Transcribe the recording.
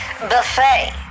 buffet